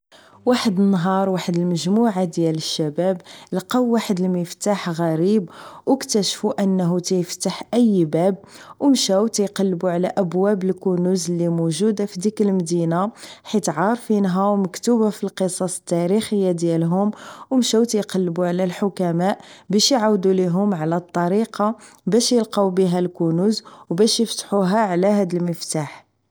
واحد النهار واحد المجموعة ديال الشباب لقاو واحد المفتاح غريب و كتاشفو انه كيفتح اي باب و مشاو كيقلبو على ابواب الكنوز اللي موجودة فديك المدينة حيت عارفينها مكتوبة فالقصص التاريخية ديالهم و مشاو كيقليو على الحكماء باش اعاودو ليهم على الطريقة باش القاو بيها الكنوز و باش افتحوها على هاد المفتاح